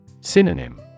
Synonym